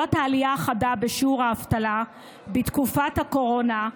בעקבות העלייה החדה בשיעור האבטלה בתקופת הקורונה,